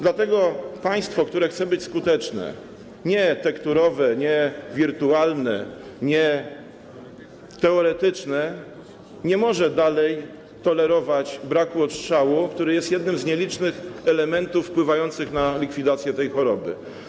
Dlatego państwo, które chce być skuteczne, nie tekturowe, nie wirtualne, nie teoretyczne, nie może dalej tolerować braku odstrzału, który jest jednym z nielicznych elementów wpływających na likwidację tej choroby.